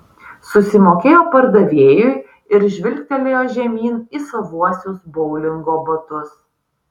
susimokėjo pardavėjui ir žvilgtelėjo žemyn į savuosius boulingo batus